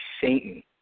Satan